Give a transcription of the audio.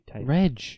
Reg